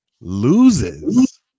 loses